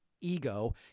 ego